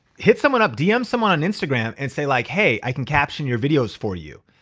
hit someone up, dm someone on instagram and say like hey, i can caption your videos for you.